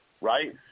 right